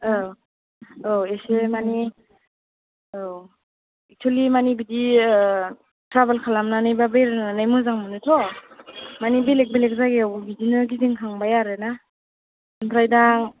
औ औ एसे मानि औ एकसुलि मानि बिदि ट्रेबेल खालामनानै बा बेरायनानै मोजां मोनोथ' मानि बेलेक बेलेक जागायावबो बिदिनो गिदिखांबाय आरो ना ओमफ्राय दा